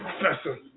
professor